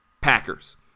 Packers